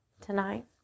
tonight